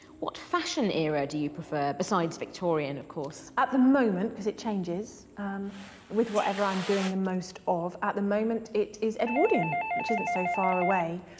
what fashion era do you prefer besides victorian of course? at the moment, because it changes with whatever i'm doing most of, at the moment it is edwardian. which isn't so far away.